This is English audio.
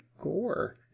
gore